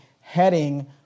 heading